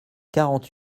quarante